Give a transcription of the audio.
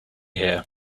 here